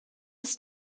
ist